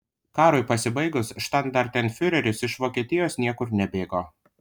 karui pasibaigus štandartenfiureris iš vokietijos niekur nebėgo